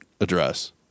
address